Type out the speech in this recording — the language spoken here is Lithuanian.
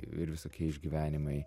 ir visokie išgyvenimai